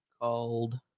called